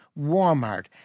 Walmart